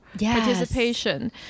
participation